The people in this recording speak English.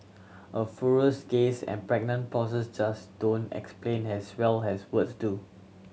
a furrows gaze and pregnant pauses just don't explain as well as words do